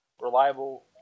reliable